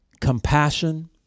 compassion